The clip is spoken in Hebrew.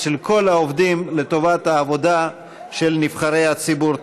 של כל העובדים לטובת העבודה של נבחרי הציבור.